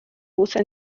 usa